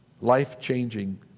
Life-changing